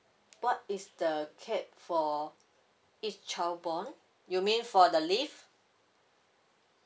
what is the cap for each child born you mean for the leave